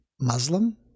Muslim